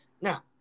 Now